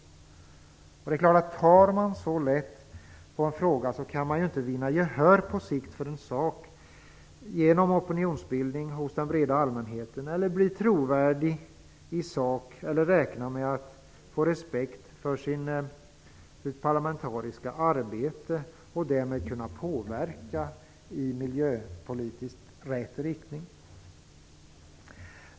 Tar man så lätt på en fråga kan man inte vinna gehör på sikt för den genom opionsbildning hos den breda allmänheten, bli trovärdig i sak eller räkna med att få respekt för sitt parlamentariska arbete och därmed kunna påverka i miljöpolitiskt rätt riktning.